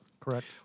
Correct